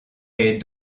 est